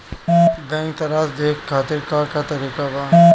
Bank सराश देखे खातिर का का तरीका बा?